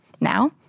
Now